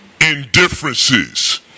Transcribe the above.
indifferences